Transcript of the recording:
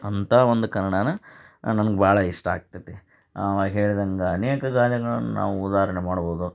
ಅಂಥ ಒಂದು ಕನ್ನಡಾನ ನನ್ಗೆ ಭಾಳ ಇಷ್ಟ ಆಗ್ತೈತಿ ಹೇಳ್ದಂಗೆ ಅನೇಕ ಗಾದೆಗಳನ್ನು ನಾವು ಉದಾಹರ್ಣೆ ಮಾಡ್ಬೋದು